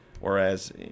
Whereas